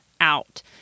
out